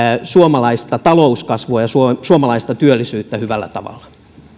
suomalaista talouskasvua ja suomalaista työllisyyttä hyvällä tavalla